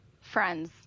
Friends